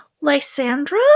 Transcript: Lysandra